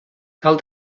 cal